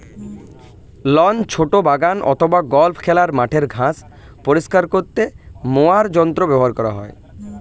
loan, ছোট বাগান অথবা গল্ফ খেলার মাঠের ঘাস পরিষ্কার করতে মোয়ার যন্ত্র ব্যবহার করা হয়